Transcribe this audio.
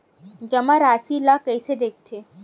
जमा राशि ला कइसे देखथे?